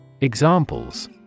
Examples